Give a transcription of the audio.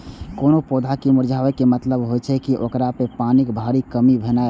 कोनो पौधा के मुरझाबै के मतलब होइ छै, ओकरा मे पानिक भारी कमी भेनाइ